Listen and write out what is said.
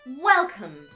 Welcome